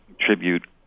tribute